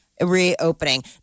reopening